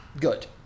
good